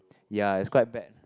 yea is quite bad ah